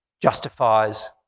justifies